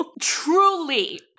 Truly